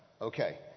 Okay